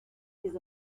les